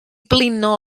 blino